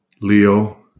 Leo